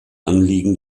anliegen